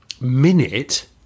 Minute